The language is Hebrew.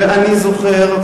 ואני זוכר,